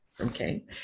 Okay